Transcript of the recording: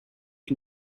can